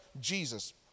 Jesus